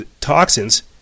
toxins